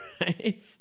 right